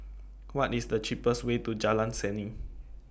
What IS The cheapest Way to Jalan Seni